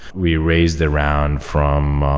we raise the round from